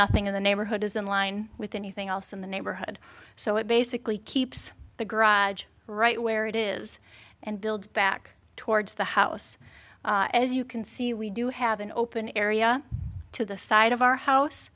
nothing in the neighborhood is in line with anything else in the neighborhood so it basically keeps the garage right where it is and build back towards the house as you can see we do have an open area to the side of our house